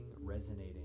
resonating